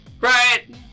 Right